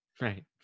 right